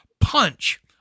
punch